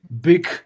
big